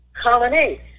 colony